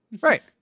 right